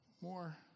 more